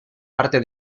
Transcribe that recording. parte